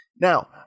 Now